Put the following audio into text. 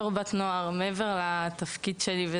בתור בת נוער ומעבר לתפקיד שלי,